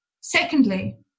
Secondly